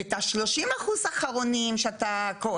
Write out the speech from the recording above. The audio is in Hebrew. ואת ה-30% האחרונים שאתה,